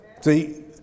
See